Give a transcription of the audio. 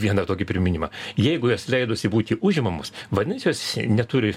vieną tokį priminimą jeigu jos leidosi būti užimamos vandinasi jos neturi